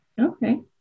Okay